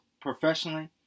professionally